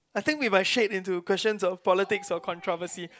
I think we might shade into questions of politics or controversy